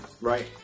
Right